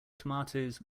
tomatoes